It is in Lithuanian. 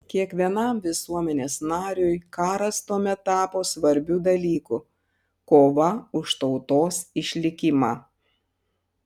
kiekvienam visuomenės nariui karas tuomet tapo svarbiu dalyku kova už tautos išlikimą